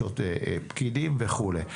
פקידים וכו'.